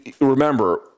remember